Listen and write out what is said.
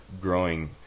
growing